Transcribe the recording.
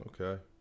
Okay